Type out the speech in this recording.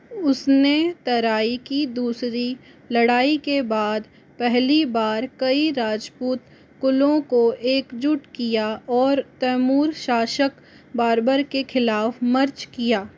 उसने तराइ की दूसरी लड़ाई के बाद पहली बार कई राजपूत कुलों को एकजुट किया और तैमूर शाशक बाबर के खिलाफ मर्च किया